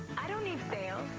i don't need sales,